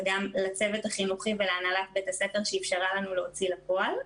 וגם לצוות החינוכי ולהנהלת בית הספר שאפשרה לנו להוציא לפועל.